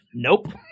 Nope